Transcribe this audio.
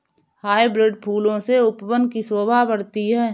hybrid फूलों से उपवन की शोभा बढ़ती है